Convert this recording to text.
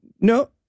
no